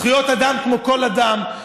יש זכויות אדם כמו כל אדם.